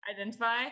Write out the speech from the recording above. Identify